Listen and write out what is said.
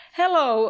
hello